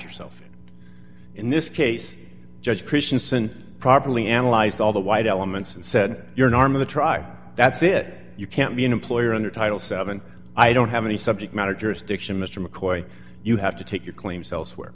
yourself in this case judge christianson properly analyzed all the white elements and said you're an arm of the tribe that's it you can't be an employer under title seven i don't have any subject matter jurisdiction mr mccoy you have to take your claims elsewhere